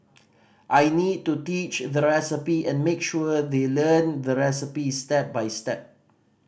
I need to teach the recipe and make sure they learn the recipes step by step